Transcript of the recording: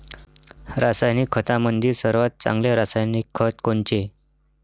रासायनिक खतामंदी सर्वात चांगले रासायनिक खत कोनचे?